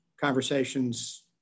conversations